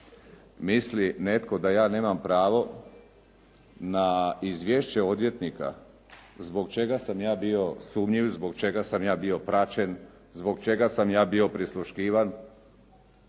misli netko da ja nemam pravo na izvješće odvjetnika, zbog čega sam ja bio sumnjiv, zbog čega sam ja bio praćen, zbog čega sam ja bio prisluškivan,